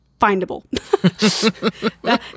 findable